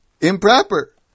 improper